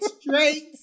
straight